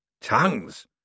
Tongues